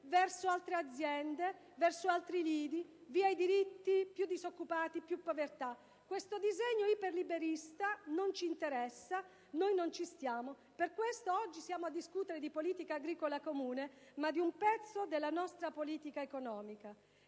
verso altre aziende, verso altri lidi. Via i diritti, più disoccupati, più povertà. Questo disegno iperliberista non ci interessa: noi non ci stiamo. Per questo, oggi siamo qui per discutere di politica agricola comune, ma anche di un pezzo della nostra politica economica.